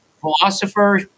philosopher